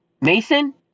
Mason